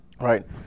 right